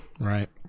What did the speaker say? right